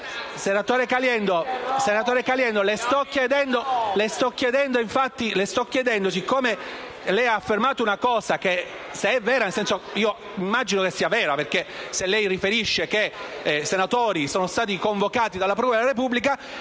Senatore Caliendo, le sto chiedendo, siccome lei ha affermato una cosa, che, se è vera... Io immagino che sia vera. Lei riferisce che dei senatori sono stati convocati dalla procura della Repubblica